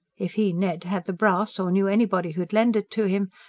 if he, ned, had the brass, or knew anybody who'd lend it to him,